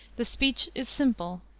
the speech is simple,